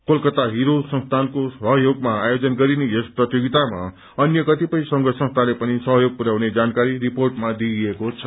कलकतामा हिरो संस्थानको सहयोगमा आयोजन गरिने यस प्रतियोगितामा अन्य कतिपय संघ संस्थाले पनि सहयोग पुरयाउने जानकारी रिपोर्टमा दिइएको छ